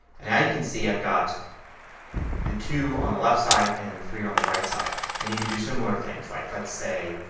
and you can see i've got the two on the left side and the three on the right side. and you can do similar things. like, let's say,